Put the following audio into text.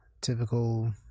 typical